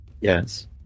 Yes